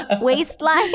waistline